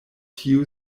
tiu